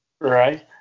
Right